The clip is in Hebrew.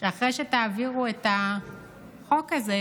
שאחרי שתעבירו את החוק הזה,